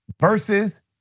versus